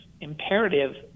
imperative